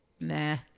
Nah